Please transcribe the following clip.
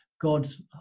God's